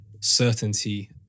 certainty